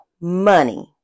money